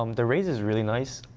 um the raise is really nice.